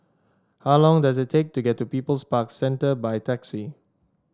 how long does it take to get to People's Park Centre by taxi